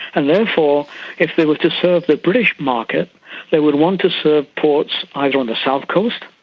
and therefore if they were to serve the british market they would want to serve ports either on the south coast,